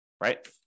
right